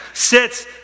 sits